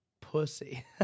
pussy